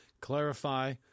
clarify